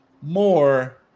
more